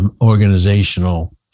organizational